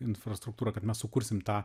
infrastruktūrą kad mes sukursim tą